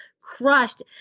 crushed